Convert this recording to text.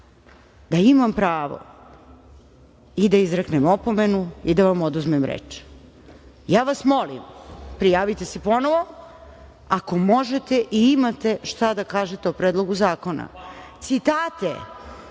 da imam pravo i da izreknem opomenu i da vam oduzmem reč. Molim vas, prijavite se ponovo, ako možete i imate šta da kažete o Predlogu zakona. Citate,